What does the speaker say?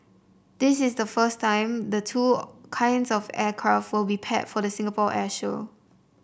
this is the first time the two kinds of aircraft will be paired for the Singapore air show